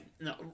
no